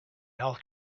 health